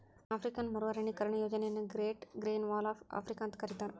African ಮರು ಅರಣ್ಯೇಕರಣ ಯೋಜನೆಯನ್ನ great green wall of Africa ಅಂತ ಕರೇತಾರ